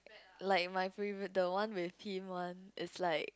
like my prev~ the one with him one is like